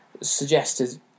suggested